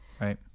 Right